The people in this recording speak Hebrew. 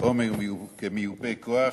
או כמיופה כוח,